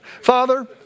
Father